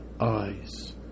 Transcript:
eyes